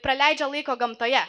praleidžia laiko gamtoje